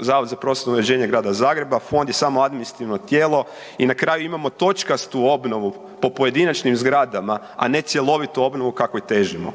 Zavod za prostorno uređenje Grada Zagreba, fond je samo administrativno tijelo i na kraju imamo točkastu obnovu po pojedinačnim zgradama, a ne cjelovitu obnovu kakvoj težimo.